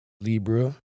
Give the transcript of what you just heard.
libra